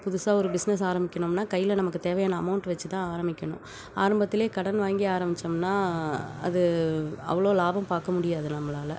புதுசாக ஒரு பிஸ்னஸ் ஆரமிக்கணும்னா கையில் நமக்கு தேவையான அமௌண்ட் வெச்சு தான் ஆரமிக்கணும் ஆரம்பத்திலேயே கடன் வாங்கி ஆரமிச்சோம்னால் அது அவ்வளோ லாபம் பார்க்க முடியாது நம்பளால்